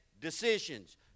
decisions